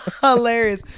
Hilarious